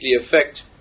affect